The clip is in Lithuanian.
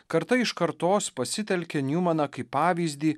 karta iš kartos pasitelkia niumaną kaip pavyzdį